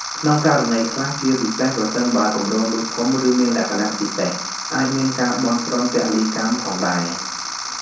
ក្នុងករណីខ្លះ ជាពិសេសប្រសិនបើគម្រោងនោះធំ ឬមានលក្ខណៈពិសេស អាចមានការបន់ស្រន់ពលីកម្មផងដែរ។